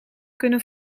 kunnen